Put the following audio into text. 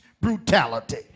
brutality